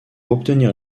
obtenir